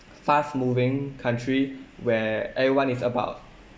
fast moving country where everyone is about